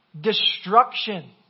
destruction